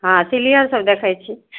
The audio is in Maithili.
हँ सीरियलसभ देखैत छी